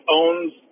owns